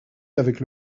avec